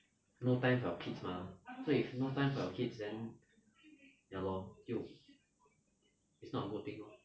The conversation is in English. no time for kids mah so if no time for your kids then ya lor 就 it's not a good thing lor